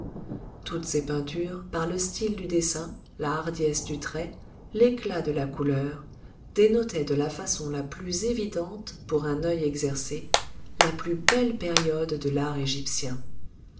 toutes les peintures par le style du dessin la hardiesse du trait l'éclat de la couleur dénotaient de la façon la plus évidente pour un œil exercé la plus belle période de l'art